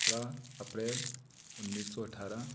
पंद्रह अप्रैल उन्नीस सौ अठारह